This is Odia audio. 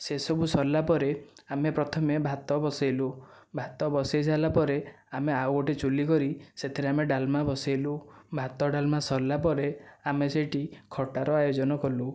ସେ ସବୁ ସରିଲା ପରେ ଆମେ ପ୍ରଥମେ ଭାତ ବସାଇଲୁ ଭାତ ବସାଇ ସାରିଲା ପରେ ଆମେ ଆଉ ଗୋଟିଏ ଚୁଲି କରି ସେଥିରେ ଆମେ ଡାଲ୍ମା ବସାଇଲୁ ଭାତ ଡାଲ୍ମା ସରିଲା ପରେ ଆମେ ସେହିଠି ଖଟାର ଆୟୋଜନ କଲୁ